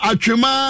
Achuma